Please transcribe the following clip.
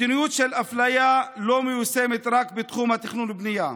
מדיניות של אפליה לא מיושמת רק בתחום התכנון והבנייה.